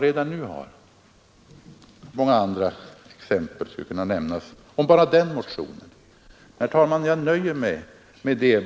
Och många andra exempel skulle kunna anföras bara med utgångspunkt i denna motion. Herr talman! Jag nöjer mig med detta.